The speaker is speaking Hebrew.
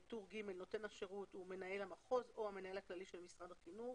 בטור ג' נותן השירות היא מנהל המחוז או המנהל הכללי של משרד החינוך.